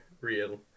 real